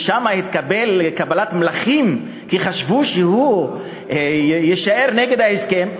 שהתקבל בכבוד מלכים כי חשבו שהוא יישאר נגד ההסכם,